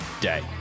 day